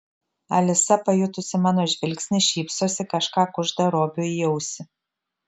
alisa pajutusi mano žvilgsnį šypsosi kažką kužda robiui į ausį